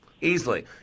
easily